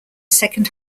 second